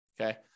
Okay